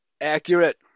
accurate